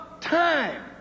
time